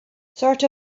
sort